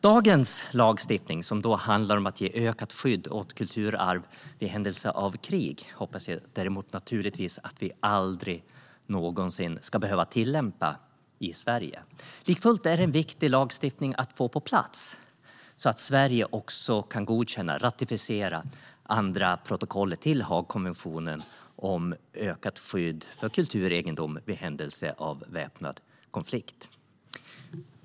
Dagens lagstiftning, som handlar om att ge ökat skydd åt kulturarv i händelse av krig, hoppas jag däremot naturligtvis att vi aldrig någonsin ska behöva tillämpa i Sverige. Likafullt är det en viktig lagstiftning att få på plats så att Sverige också kan godkänna, ratificera, andra protokollet till Haagkonventionen om skydd av kulturegendom i händelse av väpnad konflikt.